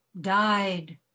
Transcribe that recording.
died